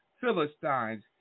Philistines